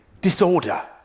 Disorder